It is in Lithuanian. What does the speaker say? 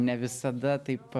ne visada taip